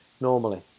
Normally